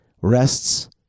rests